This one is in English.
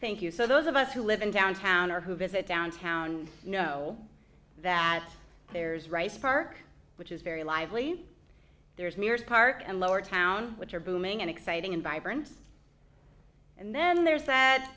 thank you so those of us who live in downtown or who visit downtown know that there's rice park which is very lively there's mears park and lowertown which are booming and exciting and vibrant and then there's that